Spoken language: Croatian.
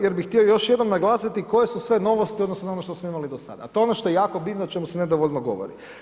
Jer bi htio još jednom naglasiti koje su sve novosti u odnosu na ono što smo imali dosada a to je ono što je jako bitno, o čemu se nedovoljno govori.